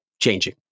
changing